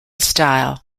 style